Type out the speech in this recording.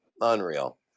Unreal